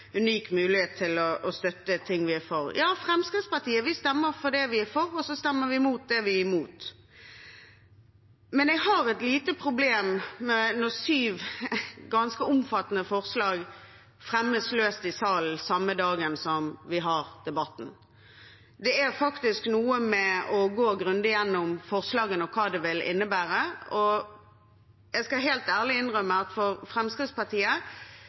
unik mulighet til å støtte ting vi er for. Ja, vi i Fremskrittspartiet stemmer for det vi er for, og så stemmer vi imot det vi er imot. Men jeg har et lite problem når syv ganske omfattende forslag fremmes løst i salen samme dag som vi har debatten. Det er noe med faktisk å gå grundig gjennom forslagene og hva de vil innebære. Jeg skal helt ærlig innrømme at